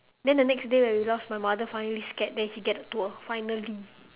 then the next day when we lost my mother finally scared then we got a tour finally